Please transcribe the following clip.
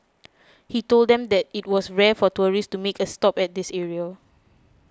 he told them that it was rare for tourists to make a stop at this area